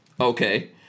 Okay